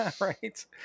Right